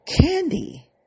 Candy